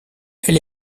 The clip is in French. elle